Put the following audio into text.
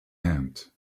hand